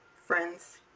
Friends